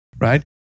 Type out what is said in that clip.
right